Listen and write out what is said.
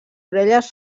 orelles